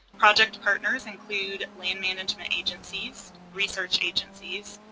project partners include land management agencies, research agencies,